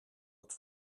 het